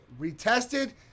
retested